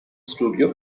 studio